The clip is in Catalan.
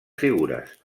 figures